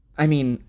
i mean,